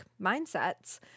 mindsets